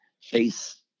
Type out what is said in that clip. face